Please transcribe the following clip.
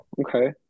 okay